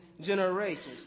generations